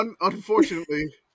Unfortunately